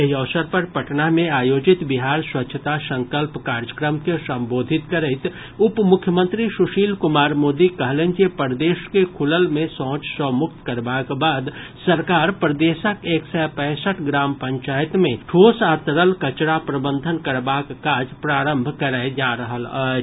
एहि अवसर पर पटना मे आयोजित बिहार स्वच्छता संकल्प कार्यक्रम के संबोधित करैत उप मुख्यमंत्री सुशील कुमार मोदी कहलनि जे प्रदेश के खुलल मे शौंच सॅ मुक्त करबाक बाद सरकार प्रदेशक एक सय पैंसठ गाम पंचायत मे ठोस आ तरल कचरा प्रबंधन करबाक काज प्रारंभ करय जा रहल अछि